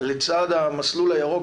לצד המסלול הירוק,